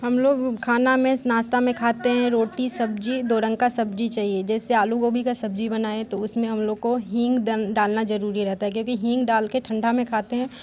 हम लोग खाना में नाश्ता में खाते हैं रोटी सब्जी दो रंग का सब्जी चाहिए जैसे आलू गोभी का सब्जी बनाए तो उसमें हम लोग को हींग डालना जरूरी रहता है क्योंकि हींग डालकर ठंडा में खाते हैं